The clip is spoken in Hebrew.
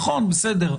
נכון, בסדר,